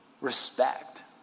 respect